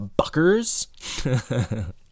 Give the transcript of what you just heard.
buckers